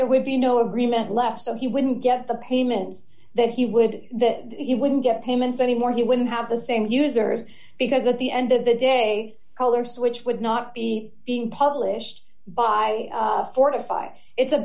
there would be no agreement left so he wouldn't get the payments that he would that he wouldn't get payments anymore he wouldn't have the same users because at the end of the day color switch would not be being published by four to five it's a